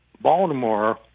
Baltimore